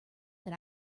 that